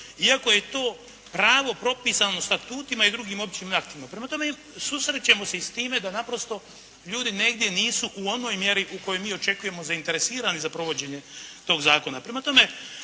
iako je to pravo propisano statutima i drugim općim aktima. Prema tome susrećemo se i s time da naprosto ljudi negdje nisu u onoj mjeri u kojoj mi očekujemo zainteresirani za provođenje tog zakona. Prema tome